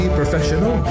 professional